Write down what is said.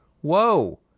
Whoa